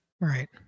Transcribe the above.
Right